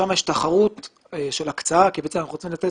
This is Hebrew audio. שם יש תחרות של הקצאה כי בעצם אנחנו רוצים לתת